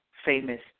Famous